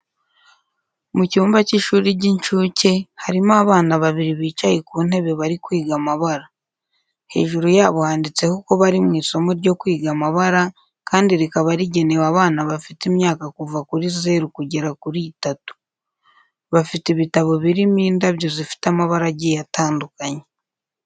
Mu cyumba cy'ishuri ry'inshuke harimo abana babiri bicaye ku ntebe bari kwiga amabara. Hejuru yabo handitseho ko bari mu isomo ryo kwiga amabara kandi rikaba rigenewe abana bafite imyaka kuva kuri zeru kugera kuri itatu. Bafite ibitabo birimo indabyo zifite amabara agiye atandukanye.